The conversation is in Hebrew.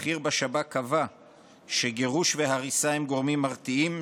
בכיר בשב"כ קבע שגירוש והריסה הם גורמים מרתיעים,